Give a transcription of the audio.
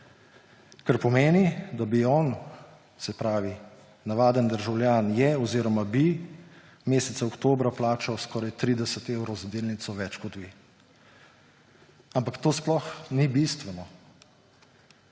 Kar pomeni, da navaden državljan je oziroma bi meseca oktobra plačal skoraj 30 evrov za delnico več kot vi. Ampak to sploh ni bistveno.